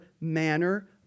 manner